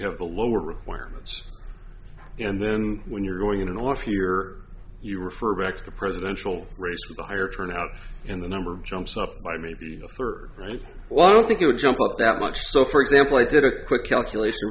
have the lower requirements and then when you're going in an off year you refer back to the presidential race a higher turnout in the number of jumps up by maybe a third right well i don't think it would jump up that much so for example i did a quick calculation